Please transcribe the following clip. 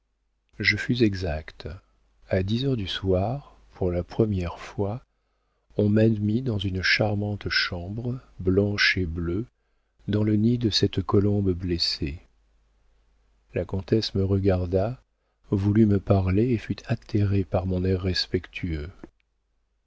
je fus exact a dix heures du soir pour la première fois on m'admit dans une charmante chambre blanche et bleue dans le nid de cette colombe blessée la comtesse me regarda voulut me parler et fut atterrée par mon air respectueux